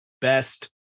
best